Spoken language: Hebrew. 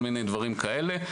וכל מיני דברים כאלה.